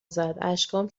زد، اشکام